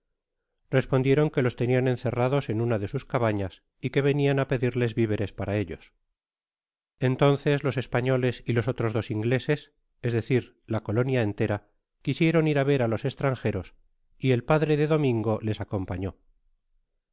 respondieron que los tenian encerrados en una de sus cabanas y que venian á pedirles viveres para ellos entonces los españoles y los otros dos ingleses es decir la colonia entera quisieron ir á ver á los estrangeros y el padre de domingo es acompañó